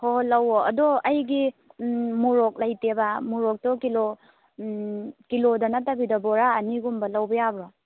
ꯍꯣꯍꯣꯏ ꯂꯧꯋꯣ ꯑꯗꯣ ꯑꯩꯒꯤ ꯃꯣꯔꯣꯛ ꯂꯩꯇꯦꯕ ꯃꯣꯔꯣꯛꯇꯣ ꯀꯤꯂꯣ ꯀꯤꯂꯣꯗ ꯅꯠꯇꯕꯤꯗ ꯕꯣꯔꯥ ꯑꯅꯤꯒꯨꯝꯕ ꯂꯧꯕ ꯌꯥꯕ꯭ꯔꯣ